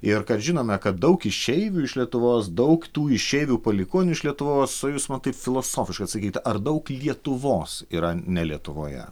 ir kad žinome kad daug išeivių iš lietuvos daug tų išeivių palikuonių iš lietuvos o jūs man taip filosofiškai atsakykit ar daug lietuvos yra ne lietuvoje